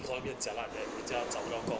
economy 很 jialat then 人家找不到工